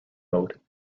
mode